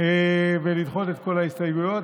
ולדחות את כל ההסתייגויות.